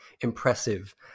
impressive